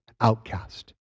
outcast